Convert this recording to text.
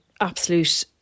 absolute